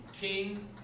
king